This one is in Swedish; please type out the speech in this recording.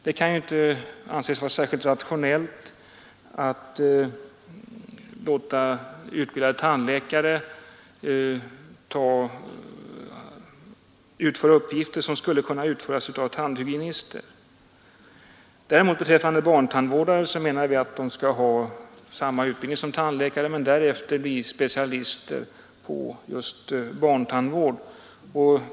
Det kan inte anses vara särskilt rationellt att låta utbildade tandläkare utföra uppgifter som skulle kunna utföras av tandhygienister. Däremot menar vi att barntandvårdare skall ha samma utbildning som tandläkare men därefter bli specialister på just barntandvård.